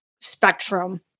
spectrum